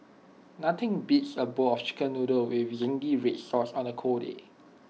nothing beats A bowl of chicken noodle with Zingy Red Sauce on A cold day